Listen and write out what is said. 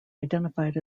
identified